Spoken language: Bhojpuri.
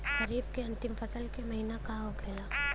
खरीफ के अंतिम फसल का महीना का होखेला?